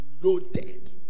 loaded